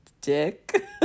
dick